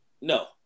No